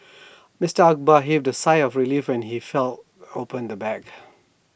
Mister Akbar heaved A sigh of relief when he felt opened the bag